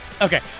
okay